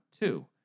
two